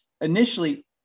initially